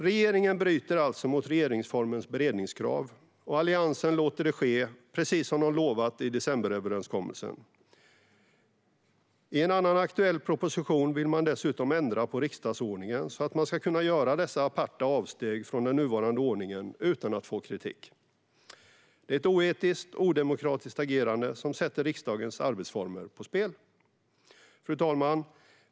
Regeringen bryter alltså mot regeringsformens beredningskrav, och Alliansen låter det ske, precis som man lovade i decemberöverenskommelsen. I en annan aktuell proposition vill man dessutom ändra på riksdagsordningen så att man ska kunna göra dessa aparta avsteg från den nuvarande ordningen utan att få kritik. Det är ett oetiskt och odemokratiskt agerande som sätter riksdagens arbetsformer på spel. Fru talman!